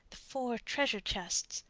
the four treasure-chests,